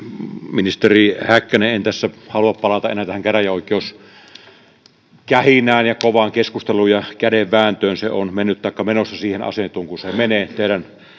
ministeri häkkänen en tässä halua palata enää käräjäoikeuskähinään kovaan keskusteluun ja kädenvääntöön se on mennyt taikka menossa siihen asentoon kuin se menee teidän